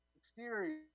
Exterior